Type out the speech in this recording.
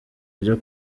ryo